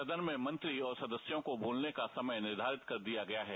सदन में मंत्री और सदस्यों को बोलने का समय निर्धारित कर दिया गया है